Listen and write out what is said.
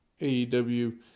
AEW